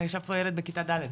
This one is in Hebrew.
ישב פה ילד בכיתה ד'.